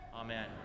Amen